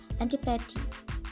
antipathy